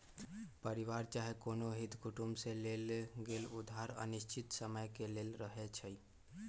परिवार चाहे कोनो हित कुटुम से लेल गेल उधार अनिश्चित समय के लेल रहै छइ